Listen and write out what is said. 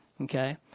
Okay